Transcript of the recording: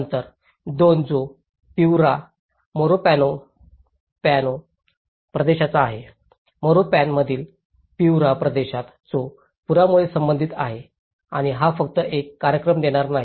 number 2 जो Piura मोरोपॉनPiura Morropón प्रदेशाचा आहे मोरोपॉनमधील पिउरा प्रदेशात जो पुरामुळे संबंधित आहे आणि हा फक्त एक कार्यक्रम देणार नाही